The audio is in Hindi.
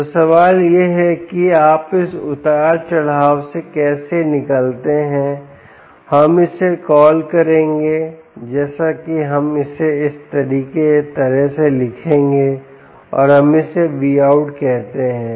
तो सवाल यह है कि आप इस उतार चढ़ाव से कैसे निकलते हैं हम इसे कॉल करेंगे जैसे कि हम इसे इस तरह से लिखेंगे और हम इसे Vout कहते हैं